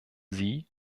sie